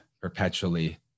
perpetually